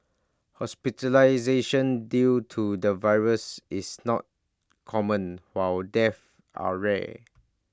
hospitalisation due to the virus is not common while deaths are rare